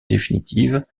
définitive